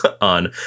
on